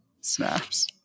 snaps